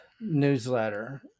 newsletter